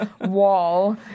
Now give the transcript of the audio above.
wall